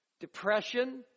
Depression